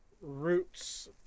roots